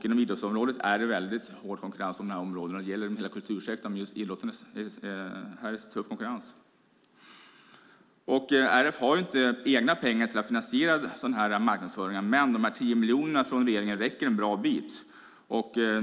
Inom idrottsområdet är det väldigt hård konkurrens. Det gäller hela kultursektorn, men just idrotten har särskilt tuff konkurrens. RF har inte egna pengar till att finansiera sådan här marknadsföring, men de 10 miljonerna från regeringen räcker en bra bit.